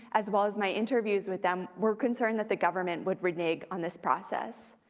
as well as my interviews with them, were concerned that the government would renege on this process.